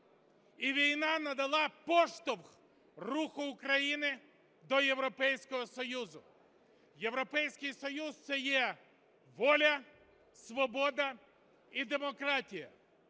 І війна надала поштовх руху України до Європейського Союзу. Європейський Союз – це є воля, свобода і демократія.